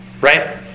right